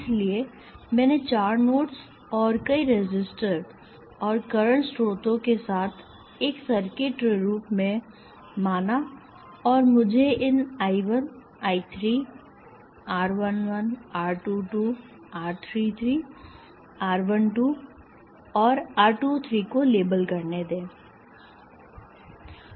इसलिए मैंने चार नोड्स और कई रेसिस्टर और करंट स्रोतों के साथ एक सर्किट के रूप में माना और मुझे इन I 1 I 3 R 1 1 R 2 2 R 3 3 R 1 2 और R 2 3 को लेबल करने दें